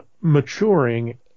maturing